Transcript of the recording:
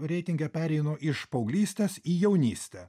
reitinge pereinu iš paauglystės į jaunystę